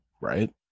Right